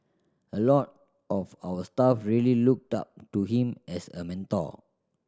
a lot of our staff really looked up to him as a mentor